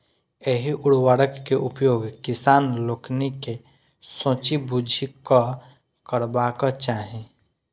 एहि उर्वरक के उपयोग किसान लोकनि के सोचि बुझि कअ करबाक चाही